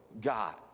God